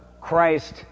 Christ